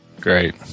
Great